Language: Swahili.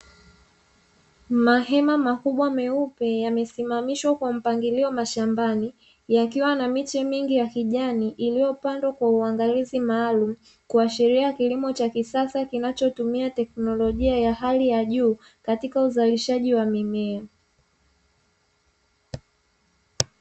Mahema makubwa meupe yame simamishwa kwa mpangilio mashambani, yakiwa yana miche mingi ya kijani iliyo pandwa kwa uangalizi maalumu, kuashiria kilimo cha kisasa kinacho tumia teknolojia ya hali ya juu katika uzalishaji wa mimea.